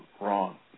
wrong